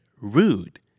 rude